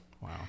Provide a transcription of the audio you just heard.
Wow